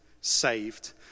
saved